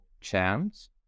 chance